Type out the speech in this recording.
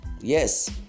Yes